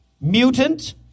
Mutant